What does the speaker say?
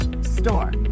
store